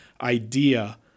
idea